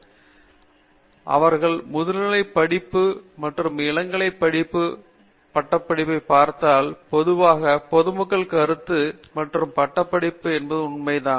பேராசிரியர் ஸ்ரீகாந்த வேதாந்தம் அமாம் பேராசிரியர் பிரதாப் ஹரிதாஸ் அவர்கள் முதுநிலைப் படிப்பு மற்றும் இளங்கலை படிப்பு மாணவர்கள் பட்டப்படிப்பைப் பார்த்தால் பொதுவாக பொதுமக்களின் கருத்து மற்றும் ஒரு பட்டப்படிப்பு என்பது உண்மைதான்